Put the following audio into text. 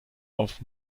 auf